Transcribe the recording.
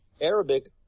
Arabic